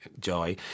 joy